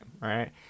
right